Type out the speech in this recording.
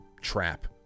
trap